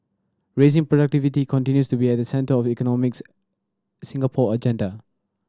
raising productivity continues to be at the centre of economics Singapore agenda